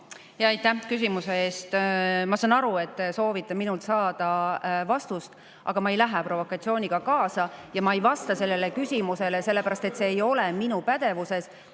Aitäh küsimuse eest! Ma saan aru, et te soovite minult saada vastust, aga ma ei lähe provokatsiooniga kaasa (Saalis räägitakse.) ja ma ei vasta sellele küsimusele selle pärast, et see ei ole minu pädevuses.